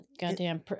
goddamn